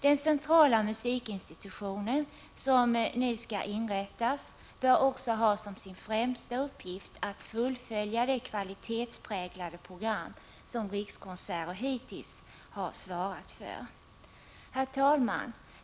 Den centrala musikinstitution som nu skall inrättas bör också ha som sin främsta uppgift att fullfölja det kvalitetspräglade program som Rikskonserter hittills svarat för. Herr talman!